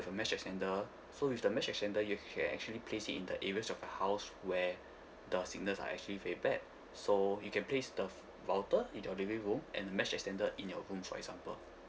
with a mesh extender so with the mesh extender you can actually place it in the areas of your house where the signals are actually very bad so you can place the router in your living room and the mesh extender in your room for example